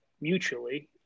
mutually